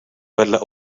vedle